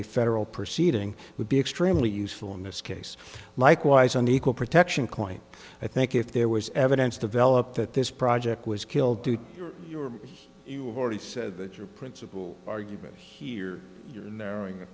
a federal proceeding would be extremely useful in this case likewise an equal protection client i think if there was evidence developed that this project was killed do you or you have already said that your principal argument here you're narrowing